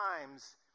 times